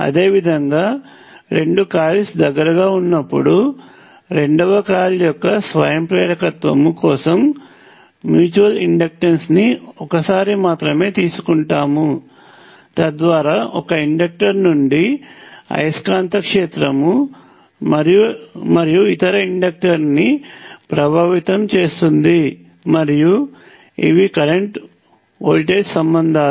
అదేవిధంగా రెండు కాయిల్స్ దగ్గరగా వున్నపుడు రెండవ కాయిల్ యొక్క స్వయం ప్రేరకత్వం కోసం మ్యూచువల్ ఇండక్టెన్స్ ని ఒకసారి మాత్రమే తీసుకుంటాము తద్వారా ఒక ఇండక్టర్ నుండి అయస్కాంత క్షేత్రం మరియు ఇతర ఇండాక్టర్ని ప్రభావితం చేస్తుంది మరియు ఇవి కరెంట్ వోల్టేజ్ సంబంధాలు